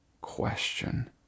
question